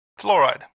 Fluoride